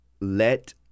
let